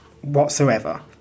whatsoever